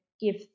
give